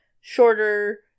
shorter